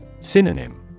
Synonym